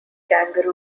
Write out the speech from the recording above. kangaroo